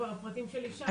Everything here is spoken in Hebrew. כבר הפרטים שלי שם.